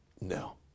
No